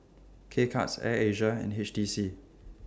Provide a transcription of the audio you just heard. K Cuts Air Asia and H T C